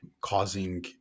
causing